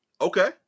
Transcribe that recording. Okay